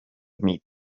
meat